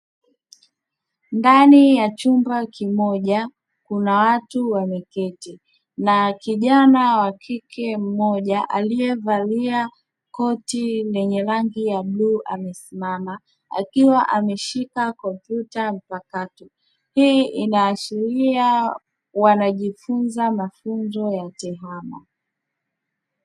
Ndani ya chumba kimoja kuna watu wameketi na kijana wakike mmoja aliyevalia koti lenye rangi ya bluu, amesimama akiwa ameshika kompyuta mpakato hii inaashiria wanajifunza mafunzo ya tehama.